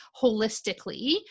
holistically